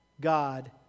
God